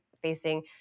facing